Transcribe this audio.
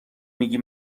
میگی